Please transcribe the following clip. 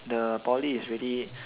the poly is really